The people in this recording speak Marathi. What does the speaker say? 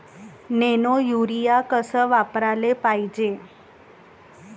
नैनो यूरिया कस वापराले पायजे?